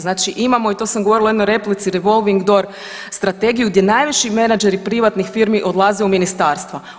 Znači imamo i to sam govorila u jednoj replici revolving door strategiju gdje najveći menadžeri privatnih firmi odlaze u ministarstva.